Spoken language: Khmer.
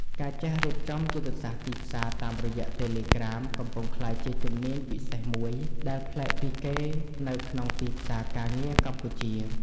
ការចេះរៀបចំយុទ្ធសាស្ត្រទីផ្សារតាមរយៈ Telegram កំពុងក្លាយជាជំនាញពិសេសមួយដែលប្លែកពីគេនៅក្នុងទីផ្សារការងារកម្ពុជា។